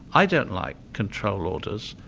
i don't like control orders,